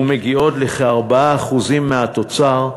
מגיעות לכ-4% מהתוצר,